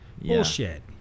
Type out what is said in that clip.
bullshit